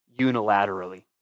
unilaterally